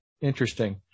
Interesting